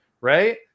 right